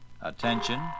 Attention